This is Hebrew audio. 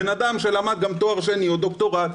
בן אדם שלמד גם תואר שני או דוקטורט,